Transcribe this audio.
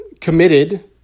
committed